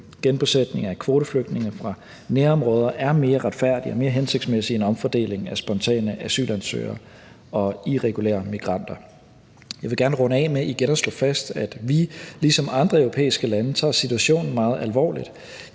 Genbosætning af kvoteflygtninge fra nærområder er mere retfærdig og mere hensigtsmæssig end omfordeling af spontane asylansøgere og irregulære migranter. Jeg vil gerne runde af med igen at slå fast, at vi ligesom andre europæiske lande tager situationen meget alvorligt.